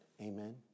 Amen